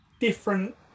different